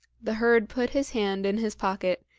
the herd put his hand in his pocket,